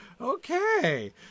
Okay